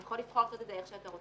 אתה יכול לבחור איך שאתה רוצה,